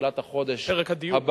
בתחילת החודש הבא,